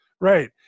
Right